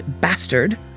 bastard